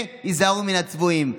זה "היזהרו מן הצבועים".